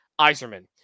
Iserman